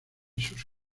sus